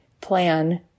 plan